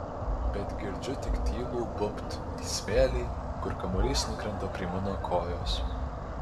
bet girdžiu tik tylų bumbt į smėlį kur kamuolys nukrenta prie mano kojos